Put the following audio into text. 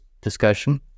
discussion